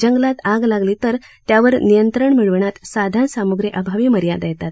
जंगलात आग लागली तर त्यावर नियंत्रण मिळविण्यात साधनसाम्ग्रीअभावी मर्यादा येतात